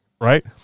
right